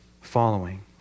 following